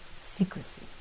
Secrecy